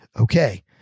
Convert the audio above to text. Okay